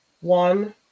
One